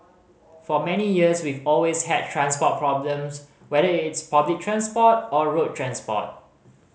for many years we've always had transport problems whether it's public transport or road transport